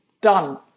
done